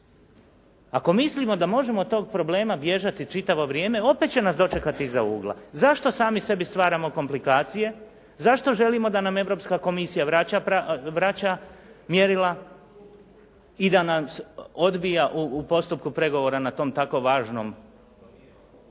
Ako mislimo da možemo od tog problema bježati čitavo vrijeme opet će nas dočekati iza ugla. Zašto sami sebi stvaramo komplikacije? Zašto želimo da nam Europska komisija vraća mjerila i da nas odbija u postupku pregovora na tom tako važnom